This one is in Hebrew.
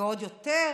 ועוד יותר,